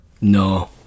no